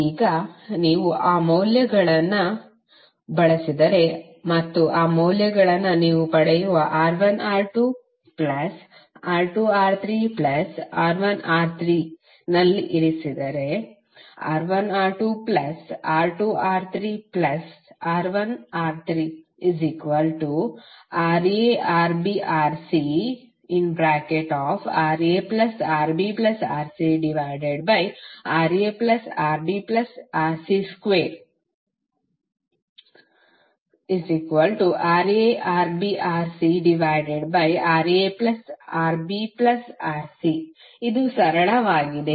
ಈಗ ನೀವು ಆ ಮೌಲ್ಯಗಳನ್ನು ಬಳಸಿದರೆ ಮತ್ತು ಆ ಮೌಲ್ಯಗಳನ್ನು ನೀವು ಪಡೆಯುವ R1R2R2R3R1R3 ನಲ್ಲಿ ಇರಿಸಿದರೆ R1R2R2R3R1R3RaRbRcRaRbRcRaRbRc2RaRbRcRaRbRc ಇದು ಸರಳವಾಗಿದೆ